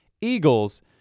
Eagles –